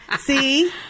See